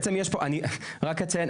אני רק אציין,